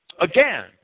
Again